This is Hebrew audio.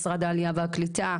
משרד העלייה והקליטה,